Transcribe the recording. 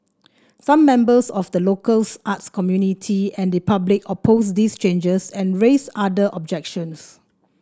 some members of the local arts community and the public opposed these changes and raised other objections